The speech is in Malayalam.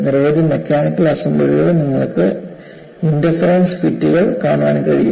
നിരവധി മെക്കാനിക്കൽ അസംബ്ലികളിൽ നിങ്ങൾക്ക് ഇൻറർഫറൻസ് ഫിറ്റുകൾ കാണാൻ കഴിയും